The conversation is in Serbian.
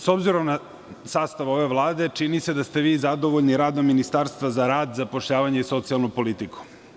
S obzirom na sastav ove Vlade čini se da ste vi zadovoljni radom Ministarstva za rad, zapošljavanje i socijalnu politiku.